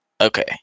Okay